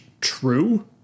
true